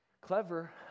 Clever